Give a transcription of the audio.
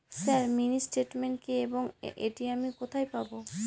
Sir mini statement কি এবং এটি আমি কোথায় পাবো?